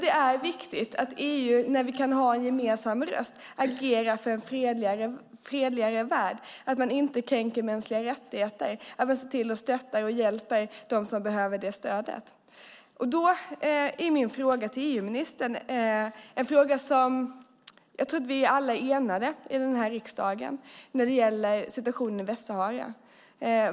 Det är viktigt att EU när vi kan ha en gemensam röst agerar för en fredligare värld, för att man inte kränker mänskliga rättigheter och för att se till att stötta och hjälpa dem som behöver stödet. Min fråga till EU-ministern - en fråga som jag tror att vi alla här i riksdagen är eniga om - gäller situationen i Västsahara.